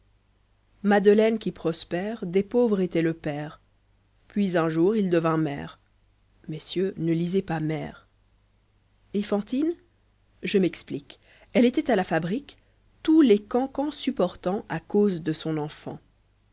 madeleine qui prospère des pauvres était le père puis un jour il devint maire messieurs ne lisez pas mère et fantine je m'explique elle était à la fabrique tous les cancans supportant a cause de son enfant